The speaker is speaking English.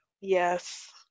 yes